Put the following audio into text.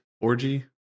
orgy